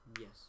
Yes